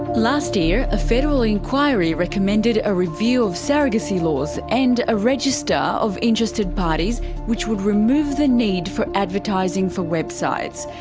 last year a federal inquiry recommended a review of surrogacy laws and a register of interested parties which would remove the need for advertising for websites.